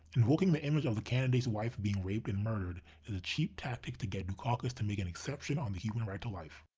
invoking the image of a candidate's wife being raped and murdered is a cheap tactic to get dukakis to make an exception on the human right to life.